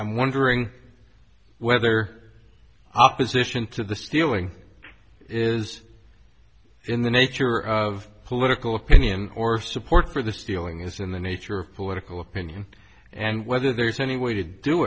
i'm wondering whether opposition to the stealing is in the nature of political opinion or support for the stealing is in the nature of political opinion and whether there's any way to do